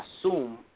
assume